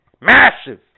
Massive